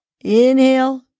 Inhale